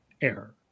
error